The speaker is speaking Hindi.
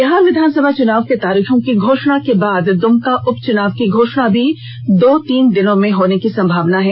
बिहार विधानसभा चुनाव के तारीखों की घोषणा के बाद दुमका उपचुनाव की घोषणा भी दो तीन दिनों में होने की संभावना है